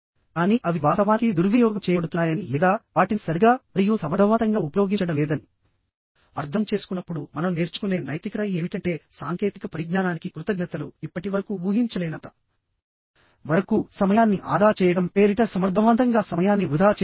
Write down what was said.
కానీ అవి వాస్తవానికి దుర్వినియోగం చేయబడుతున్నాయని లేదా వాటిని సరిగ్గా మరియు సమర్థవంతంగా ఉపయోగించడం లేదని అర్థం చేసుకున్నప్పుడు మనం నేర్చుకునే నైతికత ఏమిటంటే సాంకేతిక పరిజ్ఞానానికి కృతజ్ఞతలు ఇప్పటి వరకు ఊహించలేనంత వరకు సమయాన్ని ఆదా చేయడం పేరిట సమర్థవంతంగా సమయాన్ని వృధా చేయవచ్చు